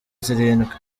zirindwi